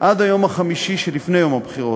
עד היום החמישי שלפני יום הבחירות.